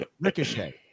Ricochet